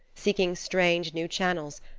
seeking strange, new channels,